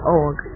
org